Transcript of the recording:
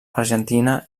argentina